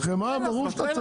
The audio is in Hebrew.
חמאה ברור.